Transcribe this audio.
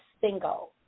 single